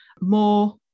more